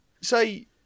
say